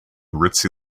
ritzy